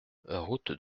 route